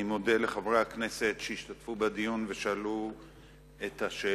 אני מודה לחברי הכנסת שהשתתפו בדיון ושאלו שאלות